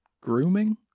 Grooming